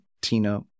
Tina